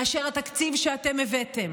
מאשר התקציב שהבאתם,